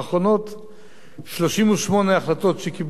38 החלטות שקיבלה מגנות את ישראל,